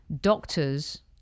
Doctors